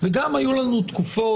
וגם היו לנו תקופות,